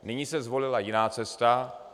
Nyní se zvolila jiná cesta.